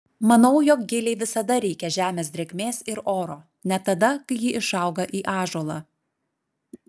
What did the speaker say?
manau jog gilei visada reikia žemės drėgmės ir oro net tada kai ji išauga į ąžuolą